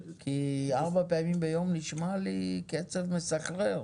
ארבע פעמים ביום, נשמע לי קצב מסחרר